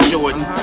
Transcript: Jordan